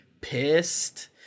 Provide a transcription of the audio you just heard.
pissed